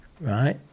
right